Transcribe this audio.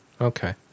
Okay